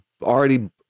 already